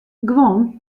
guon